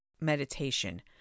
Meditation